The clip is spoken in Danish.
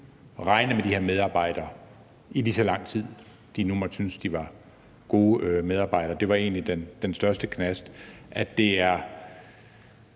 kunne regne med de her medarbejdere i lige så lang tid, som de nu synes de var gode medarbejdere. Det var egentlig den største knast.